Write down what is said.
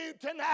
tonight